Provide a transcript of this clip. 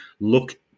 look